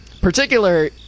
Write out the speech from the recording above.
particular